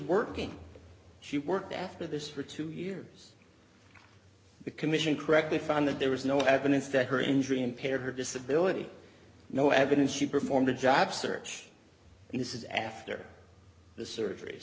working she worked after this for two years the commission correctly found that there was no evidence that her injury impaired her disability no evidence she performed a job search and this is after the surgeries